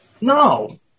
No